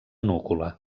núcula